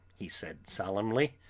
he said solemnly,